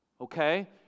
Okay